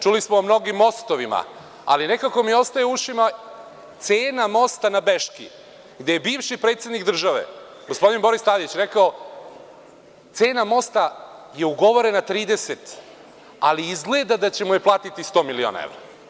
Čuli smo o mnogim mostovima, ali nekako mi ostaje u ušima cena mosta na Beški gde bivši predsednik države, gospodin Boris Tadić, je rekao – cena mosta je ugovorena 30, ali izgleda da ćemo je platiti 100 miliona evra.